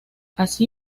así